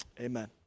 amen